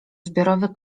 zbiorowy